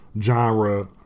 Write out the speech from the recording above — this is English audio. genre